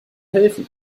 helfen